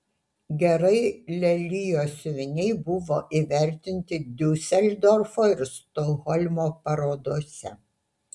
gerai lelijos siuviniai buvo įvertinti diuseldorfo ir stokholmo parodose